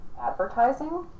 advertising